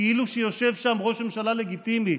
כאילו שיושב שם ראש ממשלה לגיטימי,